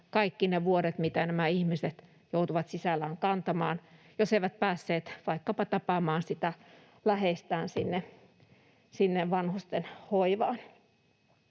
kärsimystä, mitä nämä ihmiset joutuivat sisällään kantamaan kaikki ne vuodet, jos eivät päässeet vaikkapa tapaamaan sitä läheistään sinne vanhustenhoivaan.